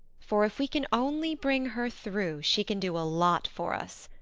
for if we can only bring her through, she can do a lot for us.